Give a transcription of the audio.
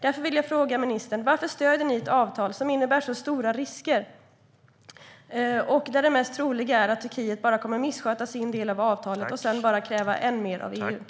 Varför stöder ni ett avtal som innebär så stora risker och där det mest troliga är att Turkiet kommer att missköta sin del av avtalet och sedan kräva ännu mer av EU?